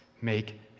Make